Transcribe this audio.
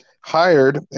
hired